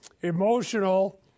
emotional